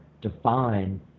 define